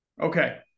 Okay